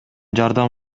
жардам